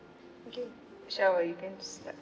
okay Shawa ah you can start